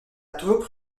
troupe